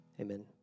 Amen